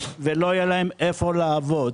לא יהיה להם איפה לעבוד.